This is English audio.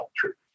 culture